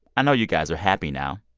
i know you guys are happy now.